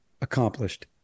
accomplished